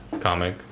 comic